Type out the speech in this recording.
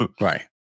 Right